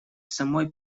самой